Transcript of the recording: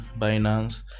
binance